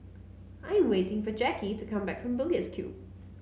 I am waiting for Jackie to come back from Bugis Cube